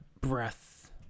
breath